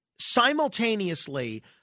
simultaneously